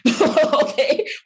okay